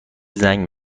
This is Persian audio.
زنگ